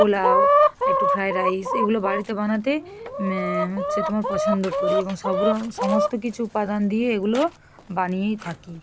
পোলাও একটু fried rice এগুলো বাড়িতে বানাতে হচ্ছে তোমার পছন্দ করি এবং সব রম সমস্ত কিছু উপাদান দিয়ে এগুলো বানিয়েই থাকি